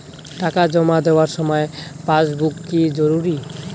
টাকা জমা দেবার সময় পাসবুক কি জরুরি?